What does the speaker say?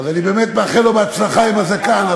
אז אני באמת מאחל לו בהצלחה עם הזקן.